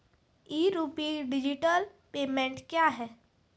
ई RUPI digital payment क्या हैं?